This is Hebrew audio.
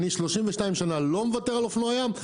אני 32 שנה לא מוותר על אופנועי ים,